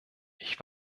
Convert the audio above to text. ich